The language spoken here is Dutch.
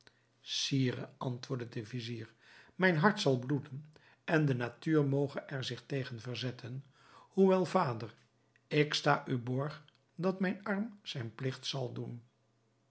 sire antwoordde de vizier mijn hart zal bloeden en de natuur moge er zich tegen verzetten hoewel vader ik sta u borg dat mijn arm zijn pligt zal doen